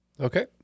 Okay